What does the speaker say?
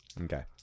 Okay